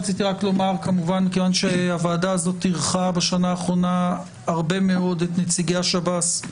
מכיוון שהוועדה הזאת אירחה בשנה האחרונה הרבה מאוד את נציגי שב"ס,